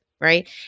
right